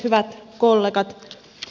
hyvät kollegat